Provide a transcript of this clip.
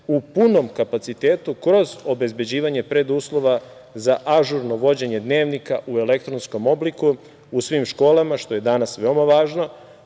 u punom kapacitetu kroz obezbeđivanje preduslova za ažurno vođenje dnevnika u elektronskom obliku u svim školama, što je danas veoma važno.